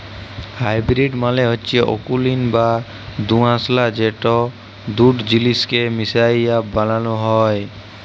hybrid মালে হচ্যে অকুলীন বা দুআঁশলা যেট দুট জিলিসকে মিশাই বালালো হ্যয়